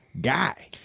guy